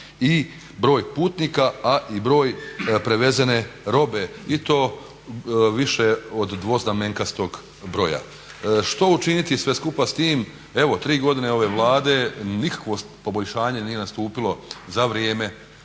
i broj putnika, a i broj prevezene robe i to više od dvoznamenkastog broja. Što učiniti sve skupa s tim? Evo tri je godine ove Vlade, nikakvo poboljšanje nije nastupilo za vrijeme